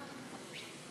קורן.